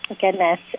Goodness